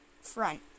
front